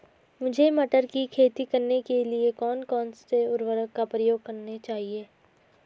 मुझे मटर की खेती करने के लिए कौन कौन से उर्वरक का प्रयोग करने चाहिए?